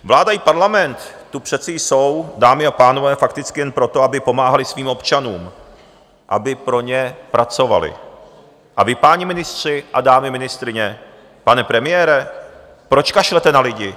Vláda i parlament tu přece jsou, dámy a pánové, fakticky jen proto, aby pomáhaly svým občanům, aby pro ně pracovaly, a vy, páni ministři a dámy ministryně, pane premiére, proč kašlete na lidi?